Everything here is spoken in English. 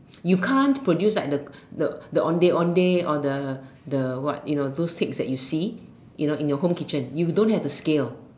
you can't produce like the the ondeh-ondeh or the the what you know those cakes that you see you know in your home kitchen you don't have the scale